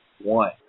one